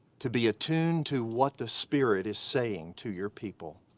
to be attuned to what the spirit is saying to your people.